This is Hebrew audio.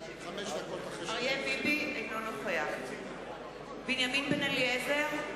אינו נוכח בנימין בן-אליעזר,